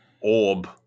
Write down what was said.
orb